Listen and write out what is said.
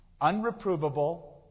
unreprovable